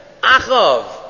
Achav